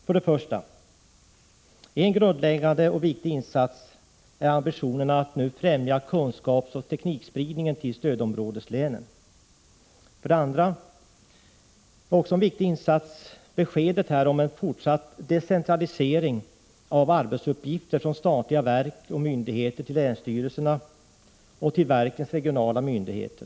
För det första: En grundläggande och viktig insats är ambitionen att främja kunskapsoch teknikspridning till stödområdeslänen. För det andra: En viktig insats är också beskedet om en fortsatt decentralisering av arbetsuppgifter från statliga verk och myndigheter till länsstyrelserna och till verkens regionala myndigheter.